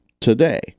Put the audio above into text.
today